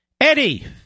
Eddie